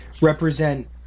represent